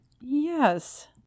Yes